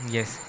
Yes।